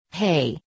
Hey